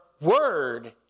word